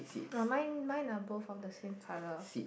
oh mine mine are both of the same colour